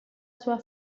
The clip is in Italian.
sua